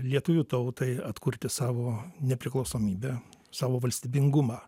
lietuvių tautai atkurti savo nepriklausomybę savo valstybingumą